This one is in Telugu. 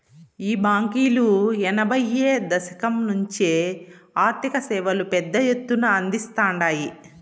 ఈ బాంకీలు ఎనభైయ్యో దశకం నుంచే ఆర్థిక సేవలు పెద్ద ఎత్తున అందిస్తాండాయి